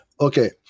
Okay